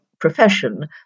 profession